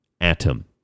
atom